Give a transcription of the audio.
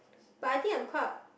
but I think I'm quite